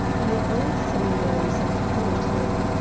i also rose and followed him.